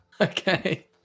Okay